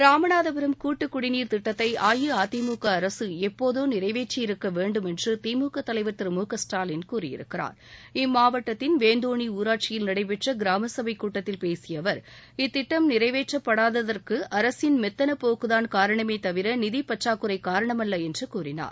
ராமநாதபுரம் கூட்டுக்குடிநீர் திட்டத்தை அஇஅதிமுக அரசு எப்போதோ நிறைவேற்றியிருக்க வேண்டும் என்று திமுக தலைவர் திரு இம்மாவட்டத்தின் வேந்தோனி ஊராட்சியில் நடைபெற்ற கிராம சபைக் கூட்டத்தில் பேசிய அவர் இத்திட்டம் நிறைவேற்றப்படாததற்கு அரசின் மெத்தனப்போக்குதான் காரணமே தவிர நிதி பற்றாக்குறை காரணமல்ல என்று கூறினார்